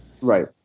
Right